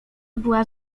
była